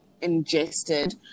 ingested